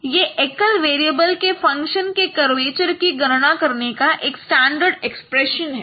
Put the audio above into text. यह एकल वेरिएबल के फंक्शन के कर्वेचर की गणना करने का एक स्टैंडर्ड एक्सप्रेशन है